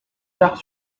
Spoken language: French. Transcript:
biars